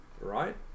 right